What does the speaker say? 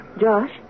Josh